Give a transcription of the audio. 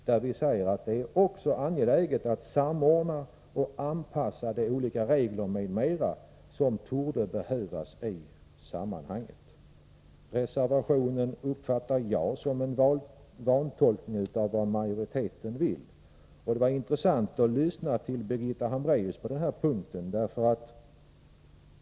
Vi skriver där: ”Det är också angeläget att samordna och anpassa de olika regler m.m. som torde behövas i sammanhanget.” Jag uppfattar reservationen som en vantolkning av vad majoriteten vill. Det var intressant att lyssna till Birgitta Hambraeus på den här punkten.